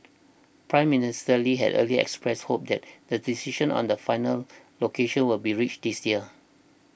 Prime Minister Lee had earlier expressed hope that the decision on the final location will be reached this year